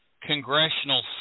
congressional